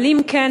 אבל אם כן,